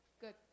Good